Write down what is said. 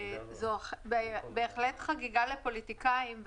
זו בהחלט חגיגה לפוליטיקאים.